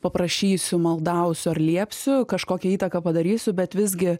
paprašysiu maldausiu ar liepsiu kažkokią įtaką padarysiu bet visgi